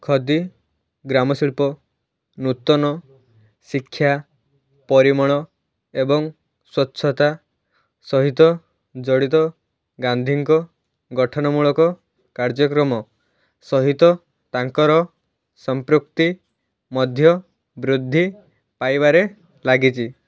ଖଦି ଗ୍ରାମ ଶିଳ୍ପ ନୂତନ ଶିକ୍ଷା ପରିମଳ ଏବଂ ସ୍ୱଚ୍ଛତା ସହିତ ଜଡ଼ିତ ଗାନ୍ଧୀ ଙ୍କ ଗଠନ ମୂଳକ କାର୍ଯ୍ୟକ୍ରମ ସହିତ ତାଙ୍କର ସମ୍ପୃକ୍ତି ମଧ୍ୟ ବୃଦ୍ଧି ପାଇବାରେ ଲାଗିଛି